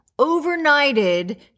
overnighted